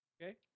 Okay